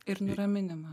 ir nuraminimą